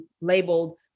labeled